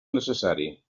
necessari